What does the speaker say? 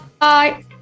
Bye